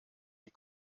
die